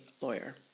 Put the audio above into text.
lawyer